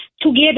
together